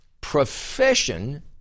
profession